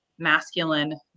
Masculine